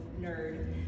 nerd